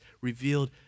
revealed